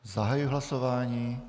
Zahajuji hlasování.